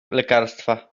lekarstwa